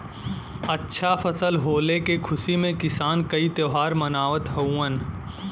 अच्छा फसल होले के खुशी में किसान कई त्यौहार मनावत हउवन